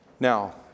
Now